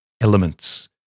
elements